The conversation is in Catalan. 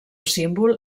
símbol